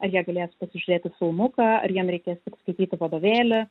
ar jie galės pasižiūrėti filmuką ar jiem reikės tik skaityti vadovėlį